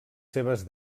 seves